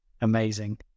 Amazing